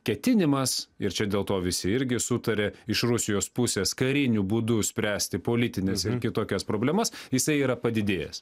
ketinimas ir čia dėl to visi irgi sutarė iš rusijos pusės kariniu būdu spręsti politines ir kitokias problemas jisai yra padidėjęs